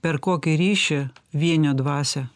per kokį ryšį vienio dvasią